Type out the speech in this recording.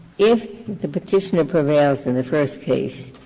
if the petitioner prevails in the first case,